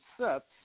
sets